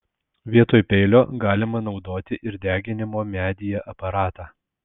vietoj peilio galima naudoti ir deginimo medyje aparatą